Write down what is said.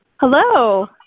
hello